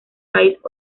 país